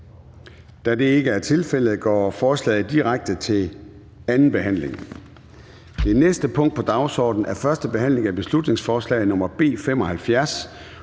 Da det ikke er tilfældet, går forslaget direkte til 2. (sidste) behandling. --- Det næste punkt på dagsordenen er: 10) 1. behandling af beslutningsforslag nr. B